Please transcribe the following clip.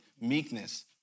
meekness